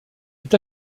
est